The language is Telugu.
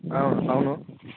అవును